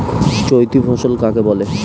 চৈতি ফসল কাকে বলে?